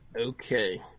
Okay